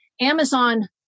Amazon